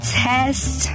test